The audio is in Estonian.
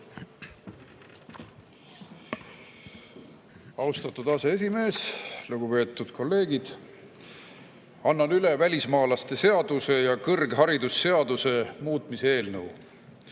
Austatud aseesimees! Lugupeetud kolleegid! Annan üle välismaalaste seaduse ja kõrgharidusseaduse muutmise eelnõu.